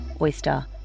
Oyster